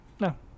No